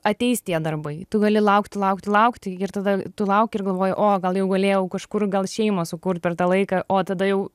ateis tie darbai tu gali laukti laukti laukti ir tada tu lauki ir galvoji o gal jau galėjau kažkur gal šeimą sukurt per tą laiką o tada jau